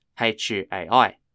H-U-A-I